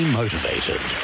motivated